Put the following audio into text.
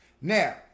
Now